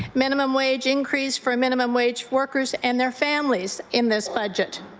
minimum wage increase for minimum wage workers and their families in this budget.